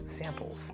samples